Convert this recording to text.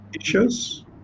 issues